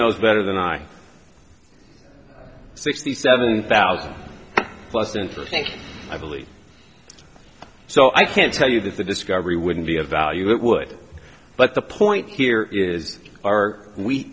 knows better than i sixty seven thousand plus didn't think i believe so i can't tell you that the discovery wouldn't be a value it would but the point here is are we